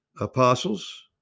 apostles